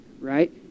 right